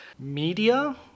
media